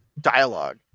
dialogue